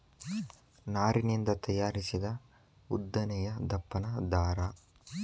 ನಾರಿನಿಂದ ತಯಾರಿಸಿದ ಉದ್ದನೆಯ ದಪ್ಪನ ದಾರಾ